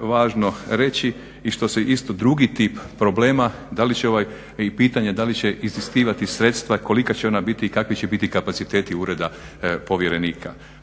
važno reći i što se isto drugi tip problema, da li će ovaj i pitanje da li će iziskivati sredstva, kolika će ona biti i kakvi će biti kapaciteti ureda povjerenika.